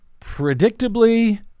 predictably